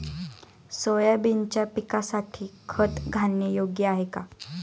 सोयाबीनच्या पिकासाठी खत घालणे योग्य आहे का?